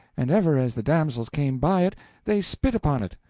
and ever as the damsels came by it they spit upon it,